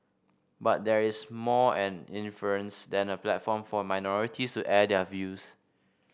but there is more an inference than a platform for minorities to air their views